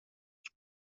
بود